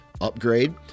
Upgrade